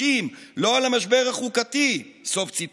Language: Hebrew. פועל